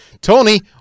Tony